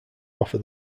offer